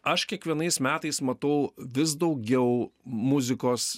aš kiekvienais metais matau vis daugiau muzikos